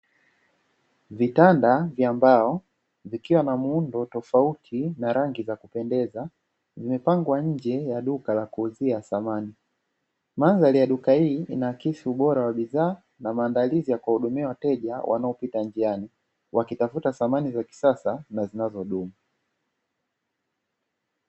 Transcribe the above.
Vitanda vya mbao vikiwa na muundo tofauti na rangi za kupendeza, vimepangwa nje ya duka la kuuzia samani. Mandhari ya duka hili inaaksi ubora wa bidhaa na maandalizi ya kuwahudumia wateja wanaopita njiani wakitafuta samani za kisasa na zinazodumu.